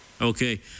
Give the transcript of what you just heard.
Okay